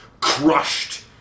crushed